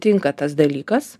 tinka tas dalykas